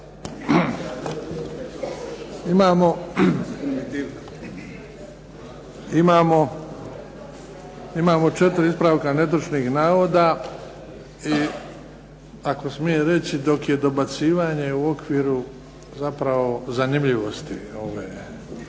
Imamo 4 ispravka netočnih navoda. I ako smijem reći, dok je dobacivanje u okviru zapravo zanimljivosti ove